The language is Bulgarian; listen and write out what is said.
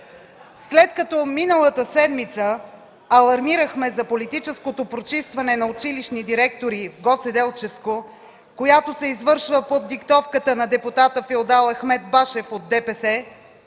След като миналата седмица алармирахме за политическото пречистване на училищни директори в Гоцеделчевско, която се извършва под диктовката на депутата-феодал Ахмед Башев от ДПС,